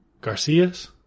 Garcias